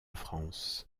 france